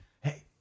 hey